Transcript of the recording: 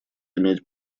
иметь